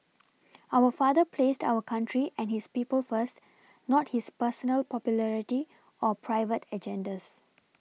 our father placed our country and his people first not his personal popularity or private agendas